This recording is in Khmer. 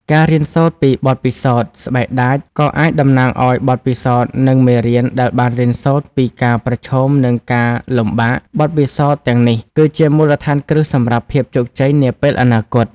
ការរៀនសូត្រពីបទពិសោធន៍ ស្បែកដាច ក៏អាចតំណាងឲ្យ បទពិសោធន៍ និង មេរៀន ដែលបានរៀនសូត្រពីការប្រឈមមុខនឹងការលំបាក បទពិសោធន៍ទាំងនេះគឺជាមូលដ្ឋានគ្រឹះសម្រាប់ភាពជោគជ័យនាពេលអនាគត។